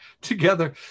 together